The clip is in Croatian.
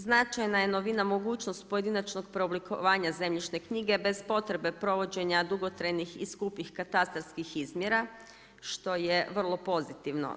Značajna je novina mogućnost pojedinačnog preoblikovanja zemljišne knjige bez potrebe provođenja dugotrajnih i skupih katastarskih izmjera što je vrlo pozitivno.